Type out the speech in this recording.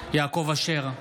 יעקב אשר,